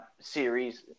series